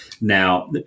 Now